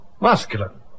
masculine